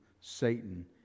Satan